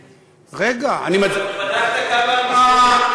רגע, אני, בדקת כמה מסגדים הוצתו?